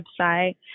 website